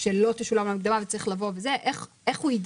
משלם עכשיו ובעוד שנה עוד פעם משלם אנשים בכלל לא מקשרים מאיפה הכסף הזה